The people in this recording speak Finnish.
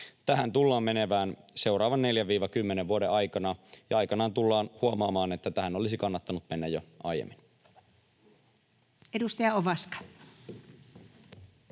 Tähän tullaan menemään seuraavan 4—10 vuoden aikana, ja aikanaan tullaan huomaamaan, että tähän olisi kannattanut mennä jo aiemmin. [Speech 39]